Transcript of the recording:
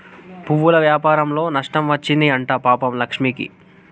పువ్వుల వ్యాపారంలో నష్టం వచ్చింది అంట పాపం లక్ష్మికి